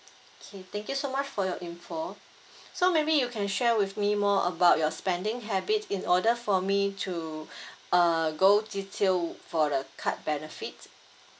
okay thank you so much for your info so maybe you can share with me more about your spending habits in order for me to uh go detail for the card benefits